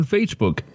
Facebook